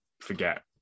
forget